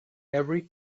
every